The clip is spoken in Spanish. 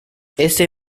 este